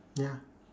ya